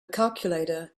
calculator